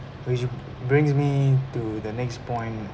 which brings me to the next point